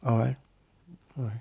alright alright